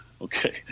Okay